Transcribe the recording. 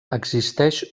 existeix